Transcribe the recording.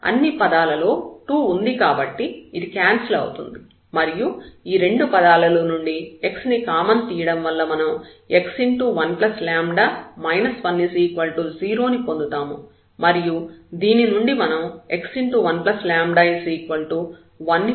ఇక్కడ అన్ని పదాలలో 2 ఉంది కాబట్టి ఇది క్యాన్సిల్ అవుతుంది మరియు ఈ రెండు పదాలలో నుండి x ను కామన్ తీయడం వల్ల మనం x1λ 1 0 ను పొందుతాము మరియు దీని నుండి మనం x1λ1 ని పొందుతాము